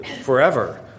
forever